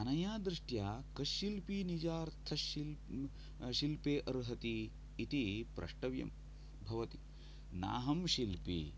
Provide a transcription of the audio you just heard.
अनया दृष्टया कः शिल्पि निजार्थशिल्पी शिल्पे अर्हति इति प्रष्टव्यं भवति न अहं शिल्पि